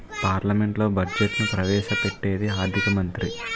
పార్లమెంట్లో బడ్జెట్ను ప్రవేశ పెట్టేది ఆర్థిక మంత్రి